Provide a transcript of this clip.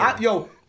yo